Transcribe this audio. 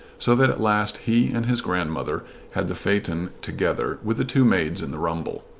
so that at last he and his grandmother had the phaeton together with the two maids in the rumble.